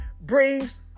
brings